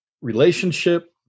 relationship